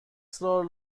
سال